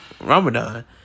Ramadan